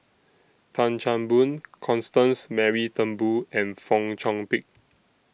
Tan Chan Boon Constance Mary Turnbull and Fong Chong Pik